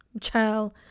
child